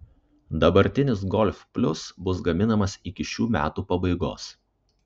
dabartinis golf plius bus gaminamas iki šių metų pabaigos